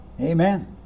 amen